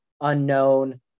unknown